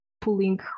pulling